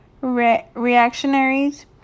reactionaries